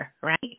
right